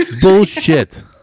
Bullshit